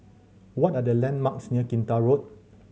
what are the landmarks near Kinta Road